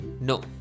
No